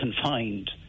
confined